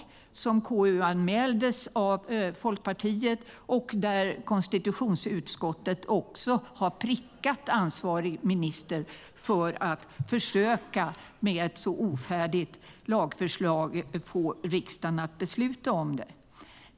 Detta KU-anmäldes av Folkpartiet, och konstitutionsutskottet har prickat ansvarig minister för försöket att få riksdagen att besluta om ett så ofärdigt lagförslag.